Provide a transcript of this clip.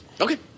Okay